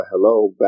hello